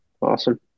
Awesome